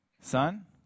son